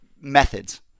methods